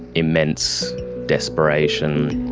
immense desperation.